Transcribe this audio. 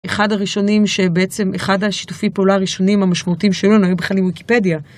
אחד הראשונים שבעצם אחד השיתופי פעולה הראשונים המשמעותיים שלנו היה בכלל עם ויקיפדיה.